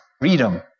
freedom